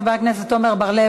חבר הכנסת עמר בר-לב,